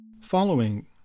Following